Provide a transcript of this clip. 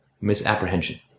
misapprehension